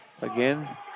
again